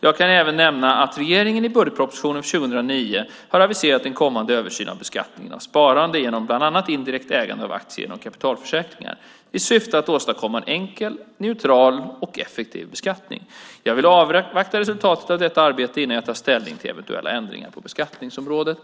Jag kan även nämna att regeringen i budgetpropositionen för 2009 har aviserat en kommande översyn av beskattningen av sparande genom bland annat indirekt ägande av aktier genom kapitalförsäkringar i syfte att åstadkomma en enkel, neutral och effektiv beskattning. Jag vill avvakta resultatet av detta arbete innan jag tar ställning till eventuella ändringar på beskattningsområdet.